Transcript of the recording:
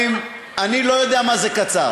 חברים, אני לא יודע מה זה קצר.